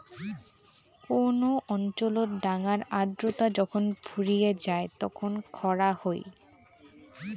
কোন অঞ্চলত ডাঙার আর্দ্রতা যখুন ফুরিয়ে যাই তখন খরা হই